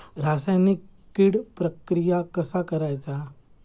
रासायनिक कीड प्रक्रिया कसा करायचा?